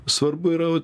svarbu yra vat